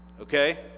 okay